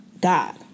god